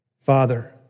Father